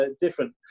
different